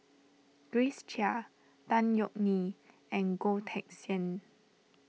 Grace Chia Tan Yeok Nee and Goh Teck Sian